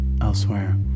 elsewhere